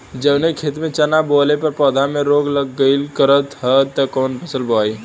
जवने खेत में चना बोअले पर पौधा में रोग लग जाईल करत ह त कवन फसल बोआई?